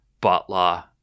Butler